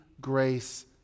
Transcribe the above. Grace